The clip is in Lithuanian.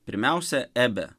pirmiausia ebe